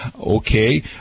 Okay